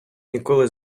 ніколи